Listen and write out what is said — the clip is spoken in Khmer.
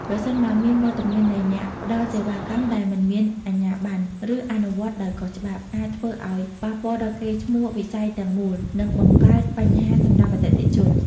ប្រសិនបើ មានវត្តមាននៃអ្នកផ្តល់សេវាកម្មដែលមិនមានអាជ្ញាប័ណ្ណ ឬអនុវត្តដោយខុសច្បាប់ អាចធ្វើឱ្យប៉ះពាល់ដល់កេរ្តិ៍ឈ្មោះវិស័យទាំងមូល និងបង្កើតបញ្ហាសម្រាប់អតិថិជន។